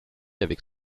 avec